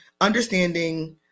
understanding